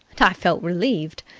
and i felt relieved.